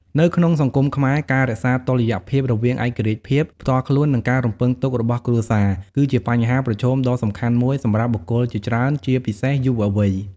នៅក្នុងសង្គមខ្មែរ ការរក្សាតុល្យភាពរវាង ឯករាជ្យភាពផ្ទាល់ខ្លួន និង ការរំពឹងទុករបស់គ្រួសារ គឺជាបញ្ហាប្រឈមដ៏សំខាន់មួយសម្រាប់បុគ្គលជាច្រើន ជាពិសេសយុវវ័យ។